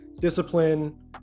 discipline